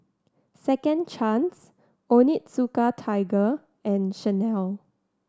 Second Chance Onitsuka Tiger and Chanel